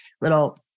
little